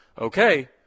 okay